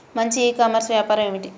మంచి e commerce వ్యాపారం ఏమిటీ?